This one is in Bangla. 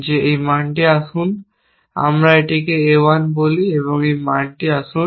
যে এই মানটি আসুন এটিকে A 1 বলি এবং এই মানটি আসুন